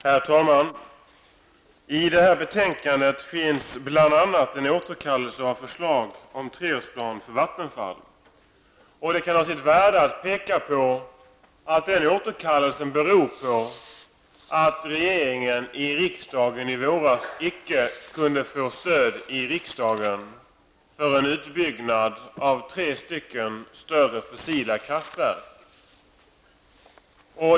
Herr talman! I detta betänkande finns bl.a. en återkallelse av förslag om treårsplan för Vattenfall. Det kan ha sitt värde att påpeka att denna återkallelse beror på att regeringen icke kunde få stöd i riksdagen i våras för en utbyggnad av tre större fossila kraftverk.